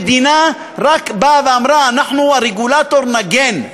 המדינה רק באה ואמרה, הרגולטור מגן.